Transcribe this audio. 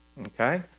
Okay